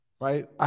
right